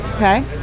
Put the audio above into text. Okay